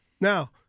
Now